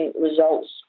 results